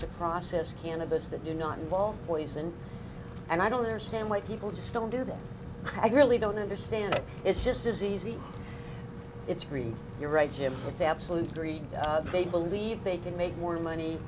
to process cannabis that do not involve poison and i don't understand why people just don't do that i really don't understand it it's just as easy it's really you're right jim it's absolute greed they believe they can make more money